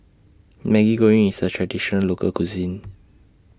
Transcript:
Maggi Goreng IS A Traditional Local Cuisine